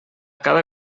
cada